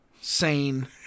sane